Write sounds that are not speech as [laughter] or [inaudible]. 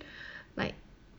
[breath] like